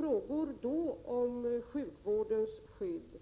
Frågor om sjukvårdens skydd